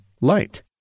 light